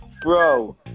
Bro